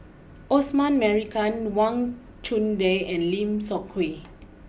Osman Merican Wang Chunde and Lim Seok Hui